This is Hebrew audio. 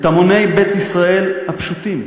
את המוני בית ישראל הפשוטים,